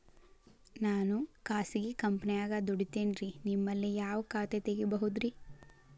ನಾನು ಖಾಸಗಿ ಕಂಪನ್ಯಾಗ ದುಡಿತೇನ್ರಿ, ನಿಮ್ಮಲ್ಲಿ ಯಾವ ಖಾತೆ ತೆಗಿಬಹುದ್ರಿ?